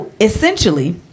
essentially